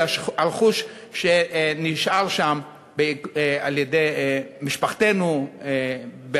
של הרכוש שהשאירו משפחותינו שם,